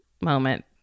moment